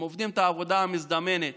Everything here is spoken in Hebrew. הם עובדים בעבודה מזדמנת